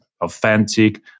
authentic